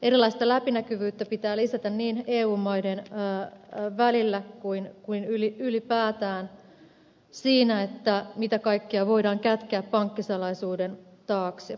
erilaista läpinäkyvyyttä pitää lisätä niin eu maiden välillä kuin ylipäätään siinä mitä kaikkea voidaan kätkeä pankkisalaisuuden taakse